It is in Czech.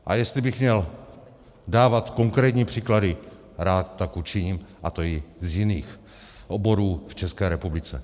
A jestli bych měl dávat konkrétní příklady, rád tak učiním, a to i z jiných oborů v České republice.